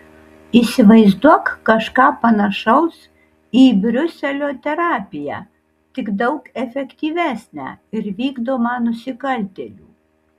įsivaizduok kažką panašaus į briuselio terapiją tik daug efektyvesnę ir vykdomą nusikaltėlių